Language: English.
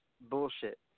bullshit